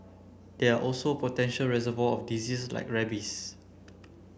they are also potential reservoir of disease like rabies